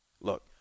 Look